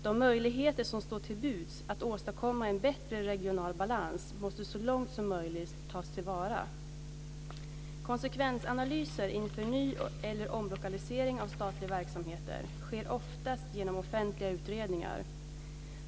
De möjligheter som står till buds att åstadkomma en bättre regional balans måste så långt möjligt tas till vara. Konsekvensanalyser inför ny eller omlokalisering av statliga verksamheter sker oftast genom offentliga utredningar.